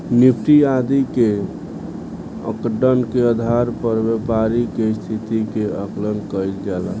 Nifty आदि के आंकड़न के आधार पर व्यापारि के स्थिति के आकलन कईल जाला